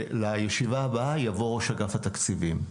לישיבה הבאה יבוא ראש אגף התקציבים.